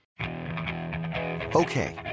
okay